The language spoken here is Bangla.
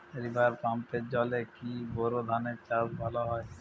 রিভার পাম্পের জলে কি বোর ধানের চাষ ভালো হয়?